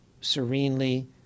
serenely